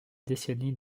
décennie